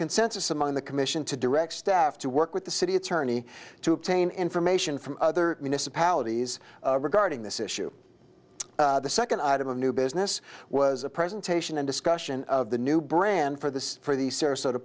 consensus among the commission to direct staff to work with the city attorney to obtain information from other municipalities regarding this issue the second item of new business was a presentation and discussion of the new brand for the for the sarasota